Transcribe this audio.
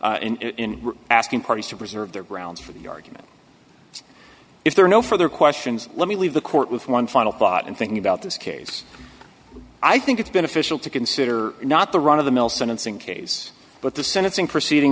in asking parties to preserve their grounds for the argument if there are no further questions let me leave the court with one final thought and thinking about this case i think it's been official to consider not the run of the mill sentencing kase but the sentencing proceeding